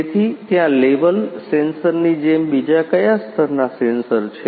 તેથી ત્યાં level sensor ની જેમ બીજા કયા સ્તરના સેન્સર છે